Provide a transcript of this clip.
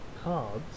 cards